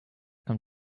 come